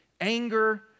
anger